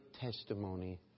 testimony